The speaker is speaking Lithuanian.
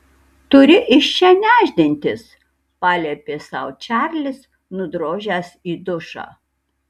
turi iš čia nešdintis paliepė sau čarlis nudrožęs į dušą